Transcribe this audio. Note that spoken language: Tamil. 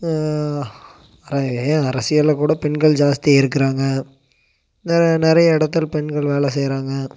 அர ஏன் அரசியலில் கூட பெண்கள் ஜாஸ்தி இருக்கிறாங்க நிறைய இடத்துல பெண்கள் வேலை செய்கிறாங்க